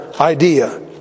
idea